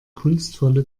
kunstvolle